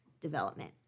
development